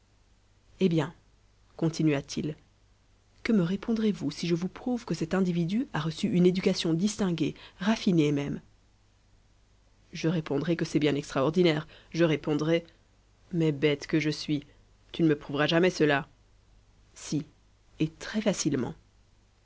eh bien continua-t-il que me répondrez-vous si je vous prouve que cet individu a reçu une éducation distinguée raffinée même je répondrai que c'est bien extraordinaire je répondrai mais bête que je suis tu ne me prouveras jamais cela si et